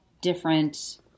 different